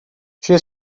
she